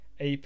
AP